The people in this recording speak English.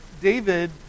David